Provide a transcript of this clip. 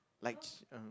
like